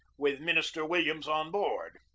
with minister williams on board.